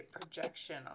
projection